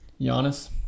Giannis